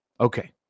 Okay